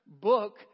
book